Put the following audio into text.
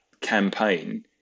campaign